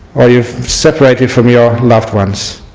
or you are separated from your loved ones